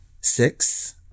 six